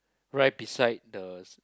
right beside the